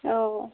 অ